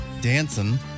dancing